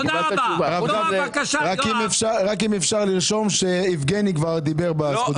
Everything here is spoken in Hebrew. אם אפשר לרשום שיבגני כבר דיבר את הדיבור שלו.